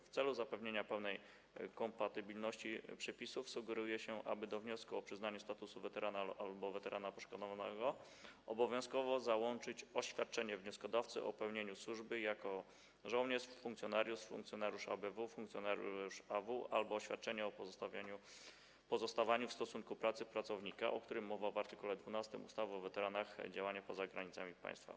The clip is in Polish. W celu zapewnienia pełnej kompatybilności przepisów sugeruje się, aby do wniosku o przyznanie statusu weterana albo weterana poszkodowanego obowiązkowo załączyć oświadczenie wnioskodawcy o pełnieniu służby jako żołnierz, funkcjonariusz, funkcjonariusz ABW, funkcjonariusz AW albo oświadczenie o pozostawaniu w stosunku pracy pracownika, o którym mowa w art. 12 ustawy o weteranach działań poza granicami państwa.